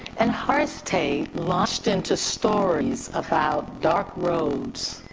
and horace tate lodged into stories about dark roads,